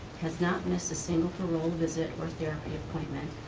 has not missed a single parole visit or therapy appointment,